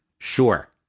Sure